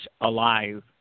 alive